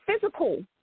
physical